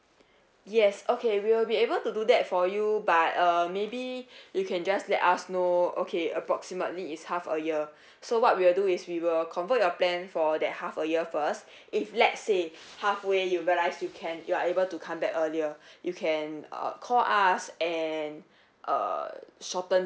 yes okay we'll be able to do that for you but uh maybe you can just let us know okay approximately is half a year so what we'll do is we will convert your plan for that half a year first if let's say halfway you realise you can you are able to come back earlier you can uh call us and uh shorten